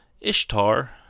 Ishtar